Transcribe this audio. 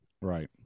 Right